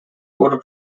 oder